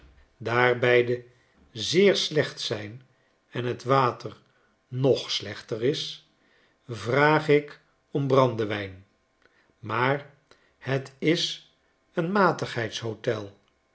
daar beidezeer slecht zijn en het water nog slechter is vraag ik om brandewijn maar het is een